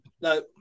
No